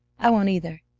i won't either.